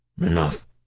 Enough